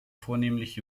vornehmlich